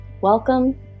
Welcome